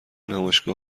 نمایشگاه